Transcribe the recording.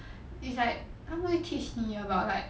it's like 他们会 teach 你 about like